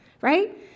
right